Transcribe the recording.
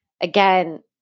again